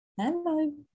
Hello